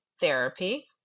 therapy